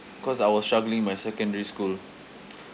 cause I was struggling my secondary school